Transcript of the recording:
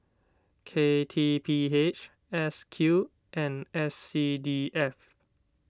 K T P H S Q and S C D F